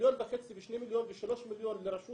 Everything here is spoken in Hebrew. מ-1.5 מיליון ו-2 מיליון ו-3 מיליון לרשות